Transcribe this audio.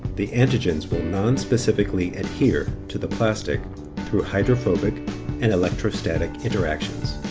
the antigens will nonspecifically adhere to the plastic through hydrophobic and electrostatic interactions.